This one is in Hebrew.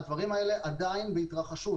אבל הדברים האלה עדיין בהתרחשות.